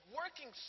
working